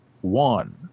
one